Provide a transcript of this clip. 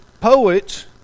poets